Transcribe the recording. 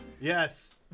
Yes